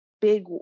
big